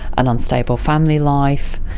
an unstable family life,